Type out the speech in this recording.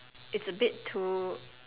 it's a bit too